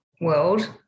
world